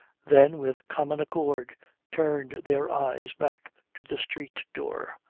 then with common accord turned their eyes back to the street door,